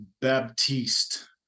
Baptiste